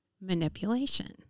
manipulation